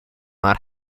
not